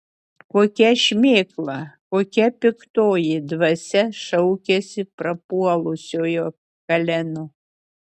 kokia šmėkla kokia piktoji dvasia šaukiasi prapuolusiojo kaleno